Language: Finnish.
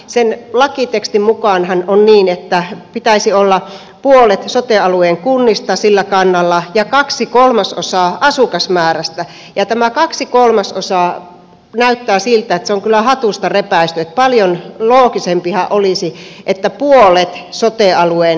sen lakitekstin mukaanhan on niin että pitäisi olla puolet sote alueen kunnista sillä kannalla ja kaksi kolmasosaa asukasmäärästä ja tämä kaksi kolmasosaa näyttää siltä että se on kyllä hatusta repäisty eli paljon loogisempihan olisi puolet sote alueen asukasmäärästä